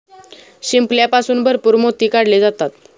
शिंपल्यापासून भरपूर मोती काढले जातात